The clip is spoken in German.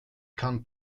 kann